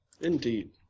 Indeed